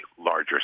larger